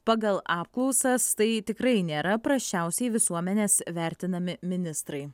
pagal apklausas tai tikrai nėra prasčiausiai visuomenės vertinami ministrai